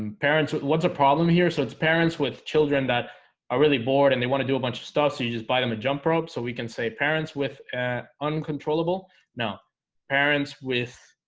and parents what's a problem here? so it's parents with children that ah really bored and they want to do a bunch of stuff so you just buy them a jump rope so we can say parents with uncontrollable no parents with